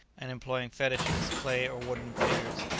and employing fetishes, clay or wooden figures,